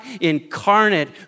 incarnate